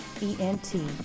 E-N-T